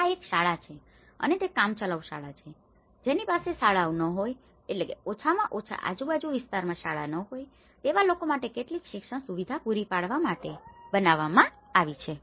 આ એક શાળા છે અને તે કામચલાઉ શાળા છે જેની પાસે શાળાઓ ન હોય એટલે કે ઓછામાં ઓછા આજુબાજુના વિસ્તારોમાં શાળા ન હોઈ તેવા લોકો માટે કેટલીક શિક્ષણ સુવિધાઓ પૂરી પાડવા માટે તે બનાવવામાં આવી છે